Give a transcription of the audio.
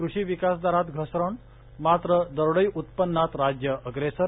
कृषी विकास दरात घसरण मात्र दरडोई उत्पन्नात राज्य अग्रेसर